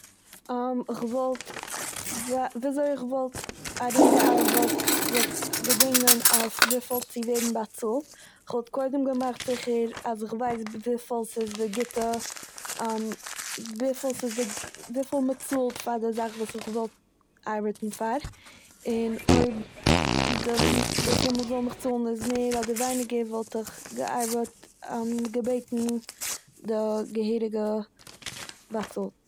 כ'וואלט ס- וויזוי איך וואלט ארומגעארבעט- זיך געדינגען אויף וויפיל צו ווערן באצאלט. כ'וואלט קודם געמאכט זיכער אז כ'ווייס וויפיל ס'איז די גוטע- וויפיל ס'איז די- וויפיל מ'צאלט פאר די זאך וואס איך וואל ארבעטן פאר, און אויב די- וויפיל מ'וויל מיך צאלן איז מער אדער ווייניגער וואלט איך געארבעט- געבעטן די געהעריגע באצאלט.